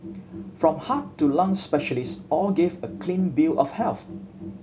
from heart to lung specialists all gave a clean bill of health